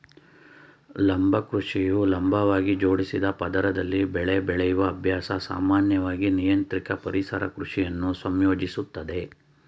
ಲಂಬ ಕೃಷಿಯು ಲಂಬವಾಗಿ ಜೋಡಿಸಿದ ಪದರದಲ್ಲಿ ಬೆಳೆ ಬೆಳೆಯುವ ಅಭ್ಯಾಸ ಸಾಮಾನ್ಯವಾಗಿ ನಿಯಂತ್ರಿತ ಪರಿಸರ ಕೃಷಿಯನ್ನು ಸಂಯೋಜಿಸುತ್ತದೆ